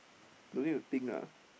don't need to think lah